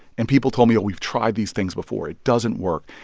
and people told me oh, we've tried these things before. it doesn't work.